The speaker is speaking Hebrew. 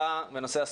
בקורונה.